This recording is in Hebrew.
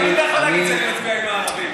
תמיד אתה יכול להגיד שאני מצביע עם הערבים,